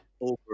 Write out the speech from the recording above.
over